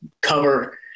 cover